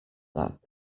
that